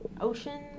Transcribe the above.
ocean